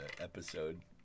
episode